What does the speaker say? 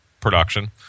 production